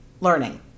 learning